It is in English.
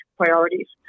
priorities